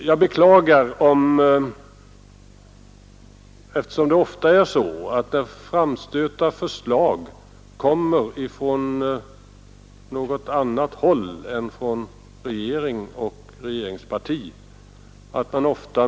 Jag beklagar att man så ofta misstänkliggör förslag som framförs från annat håll än från regeringen och regeringspartiet.